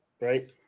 right